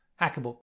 hackable